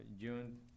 June